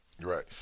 Right